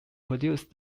produced